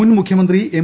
മുൻമുഖ്യമ്ന്ത്രി M